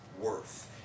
worth